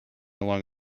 along